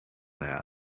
that